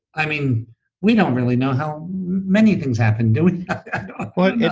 i mean we don't really know how many things happen, do we well,